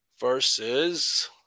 versus